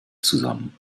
zusammen